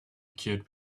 cured